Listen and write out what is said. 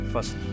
First